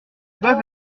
bas